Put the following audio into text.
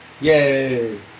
Yay